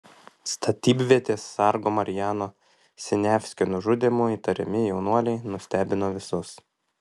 statybvietės sargo marijano siniavskio nužudymu įtariami jaunuoliai nustebino visus